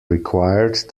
required